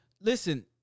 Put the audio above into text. Listen